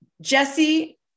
Jesse